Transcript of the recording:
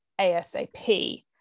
ASAP